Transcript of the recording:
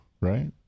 right